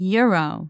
Euro